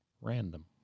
random